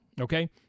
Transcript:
okay